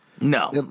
no